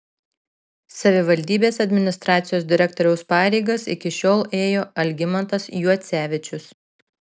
savivaldybės administracijos direktoriaus pareigas iki šiol ėjo algimantas juocevičius